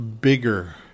bigger